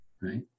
right